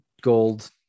gold